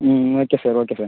ம் okay sir okay sir